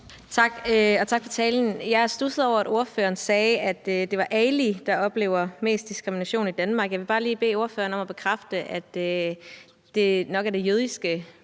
tak for talen. Jeg studsede over, at ordføreren sagde, at det var Ali, der oplever mest diskrimination i Danmark. Jeg vil bare lige bede ordføreren om at bekræfte, at det nok er det jødiske